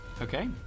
Okay